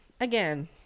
again